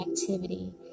activity